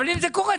אבל אם זה קורה,